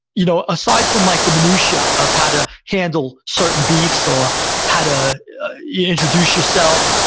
you know aside from like the minutiae of how to handle certain beefs or how to introduce yourself,